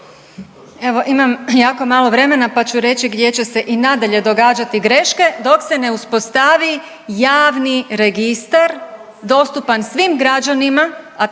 Evo imam jako malo vremena pa ću reći gdje će se i nadalje događati greške dok se ne uspostavi javni registar dostupan svim građanima,